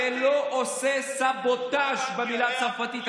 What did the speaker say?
ולא עושה סבוטאג'; המילה בצרפתית,